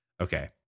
Okay